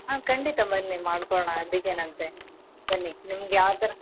ಹಾಂ ಖಂಡಿತ ಬನ್ನಿ ಮಾಡಿಕೊಡೋಣ ಅದಕ್ಕೇನಂತೆ ಬನ್ನಿ ನಿಮ್ಗೆ ಯಾವ ಥರ